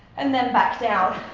and then back down.